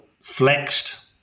flexed